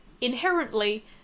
inherently